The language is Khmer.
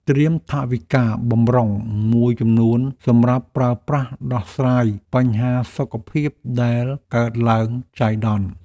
ត្រៀមថវិកាបម្រុងមួយចំនួនសម្រាប់ប្រើប្រាស់ដោះស្រាយបញ្ហាសុខភាពដែលកើតឡើងចៃដន្យ។